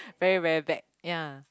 very very back ya